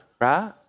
right